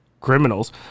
criminals